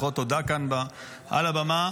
לפחות הודה כאן על הבמה.